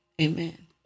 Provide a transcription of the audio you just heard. Amen